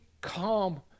calm